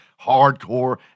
hardcore